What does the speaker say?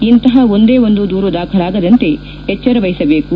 ಇಂತಹ ಒಂದೇ ಒಂದು ದೂರು ದಾಖಲಾಗದಂತೆ ಎಚ್ಚರ ವಹಿಸಬೇಕು